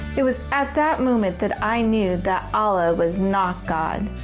it was at that moment that i knew that allah was not god.